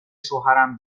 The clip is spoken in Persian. شوهر